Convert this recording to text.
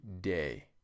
day